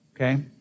Okay